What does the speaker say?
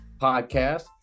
Podcast